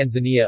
Tanzania